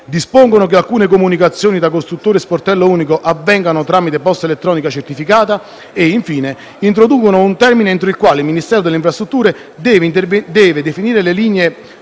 dispongono che alcune comunicazioni tra costruttori e sportello unico avvengano tramite posta elettronica certificata e, infine, introducono un termine entro il quale il Ministro delle infrastrutture deve definire le linee